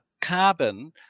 carbon